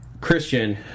Christian